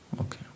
Okay